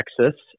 Texas